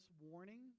warning